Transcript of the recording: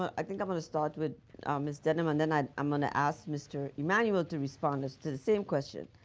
i think i'm going to start with miss denham, and then i'm i'm going to ask mr. emanuel to respond to the same question.